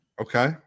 Okay